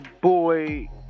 boy